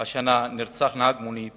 השנה נרצח נהג מונית